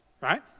right